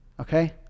Okay